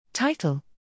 Title